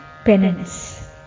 Penance